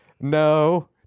No